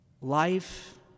life